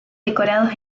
decorados